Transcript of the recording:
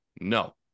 No